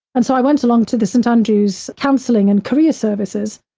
and so, i went along to the st. andrews counseling and career services.